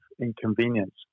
inconvenience